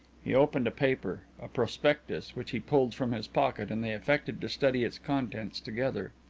he opened a paper a prospectus which he pulled from his pocket, and they affected to study its contents together.